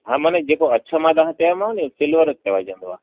हा माने अछो मां तव्हां खे जेको चयोमांव नि सिल्वर चवजंदो आहे